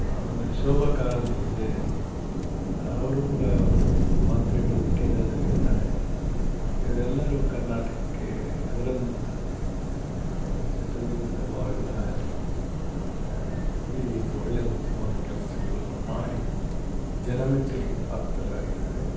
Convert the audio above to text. ಆಮೇಲೆ ಶೋಭಾ ಕಾರಂದ್ಲಾಜೆ ಅವರೂ ಕೂಡ ಮಂತ್ರಿಗಳು ಕೇಂದ್ರದಲ್ಲಿದ್ದಾರೆ ಇವರೆಲ್ಲರೂ ಕರ್ನಾಟಕಕ್ಕೆ ಅದರಲ್ಲೂ ಚಿತ್ರದುರ್ಗದ ಭಾಗದ ಅಲ್ಲಿ ಒಳ್ಳೆಯ ಉತ್ತಮವಾದ ಕೆಲ್ಸಗ್ಳನ್ನ ಮಾಡಿ ಜನ ಮೆಚ್ಚುಗೆಗೆ ಪಾತ್ರರಾಗಿದ್ದಾರೆ